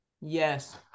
Yes